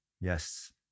Yes